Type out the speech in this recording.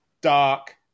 dark